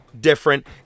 different